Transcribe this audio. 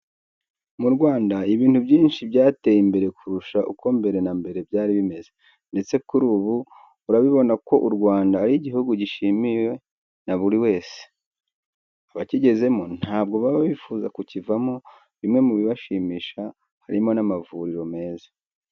Mu Rwanda ibintu byinshi byateye imbere kurusha uko mbere na mbere byari bimeze, ndetse kuri ubu urabibona ko u Rwanda ari igihugu cyishimiwe na buri wese. Abakigezemo ntabwo baba bifuza kukivamo. Bimwe mu bibashimisha harimo n'amavuriro meza.